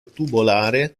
tubolare